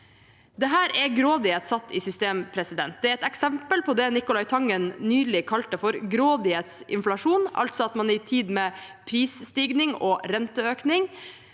Dette er grådighet satt i system. Det er et eksempel på det Nicolai Tangen nylig kalte for «grådighetsinflasjon», altså at man i en tid med prisstigning og renteøkning